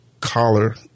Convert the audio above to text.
collar